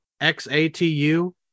X-A-T-U